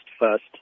first